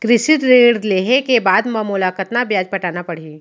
कृषि ऋण लेहे के बाद म मोला कतना ब्याज पटाना पड़ही?